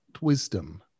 wisdom